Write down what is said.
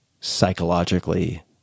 psychologically